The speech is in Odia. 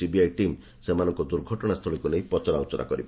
ସିବିଆଇ ଟିମ୍ ସେମାନଙ୍କୁ ଦୁର୍ଘଟଣା ସ୍ଥଳୀକୁ ନେଇ ପଚରାଉଚରା କରିବ